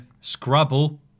Scrabble